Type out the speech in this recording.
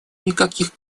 никаких